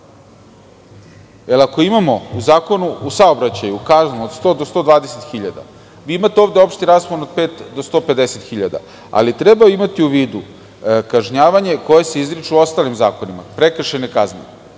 ako imamo u Zakonu o saobraćaju kaznu od 100.000 do 120.000 dinara, vi imate ovde opšti raspon od 5.000 do 150.000 dinara, ali treba imati u vidu kažnjavanja koja se izriču u ostalim zakonima, prekršajne